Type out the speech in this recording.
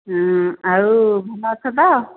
ଆଉ ଭଲ ଅଛ ତ